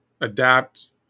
Adapt